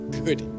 good